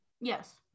Yes